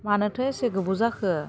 मानोथो एसे गोबाव जाखो